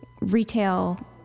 retail